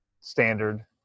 standard